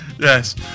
yes